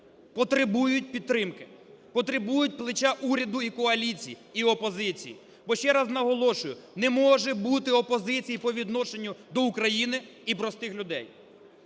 потребують підтримки, потребують плеча уряду і коаліції, і опозиції. Бо ще раз наголошую, не може бути опозиції по відношенню до України і простих людей.